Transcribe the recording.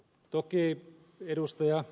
toki ed